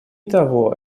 того